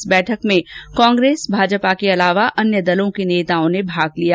इस बैठक में कांग्रेस भाजपा के अलावा अन्य दलों के नेताओं ने भाग लिया